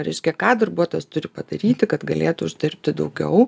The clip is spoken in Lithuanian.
reiškia ką darbuotojas turi padaryti kad galėtų uždirbti daugiau